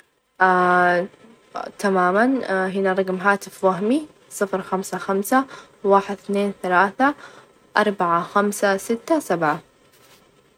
طبعًا هنا عشرة أرقام عشوائية بين صفر ومئة أربعة وثلاثين، ثمانية وثلاثين، اثناعش، ستة وخمسين، واحد وتسعين، سبعة، ثلاثة وأربعين، سبعة وستين، خمسة وثمانين، تسعة وعشرين.